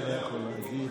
אני לא יכול להגיב.